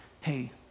hey